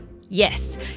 Yes